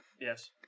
Yes